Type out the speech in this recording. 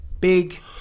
Big